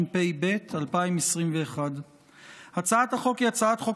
התשפ"ב 2021. הצעת החוק היא הצעת חוק